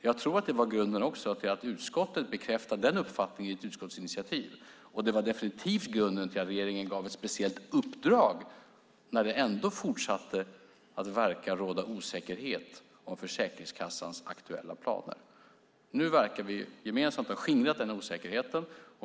Jag tror att det också var grunden till att utskottet bekräftade den uppfattningen i ett utskottsinitiativ, och det var definitivt grunden till att regeringen gav ett speciellt uppdrag när det ändå fortsatte att verka råda osäkerhet om Försäkringskassans aktuella planer. Nu verkar vi gemensamt ha skingrat denna osäkerhet.